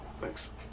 thanks